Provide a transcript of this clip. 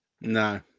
No